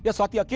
yeah swati, yeah